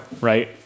right